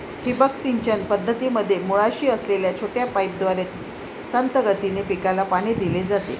ठिबक सिंचन पद्धतीमध्ये मुळाशी असलेल्या छोट्या पाईपद्वारे संथ गतीने पिकाला पाणी दिले जाते